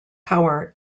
power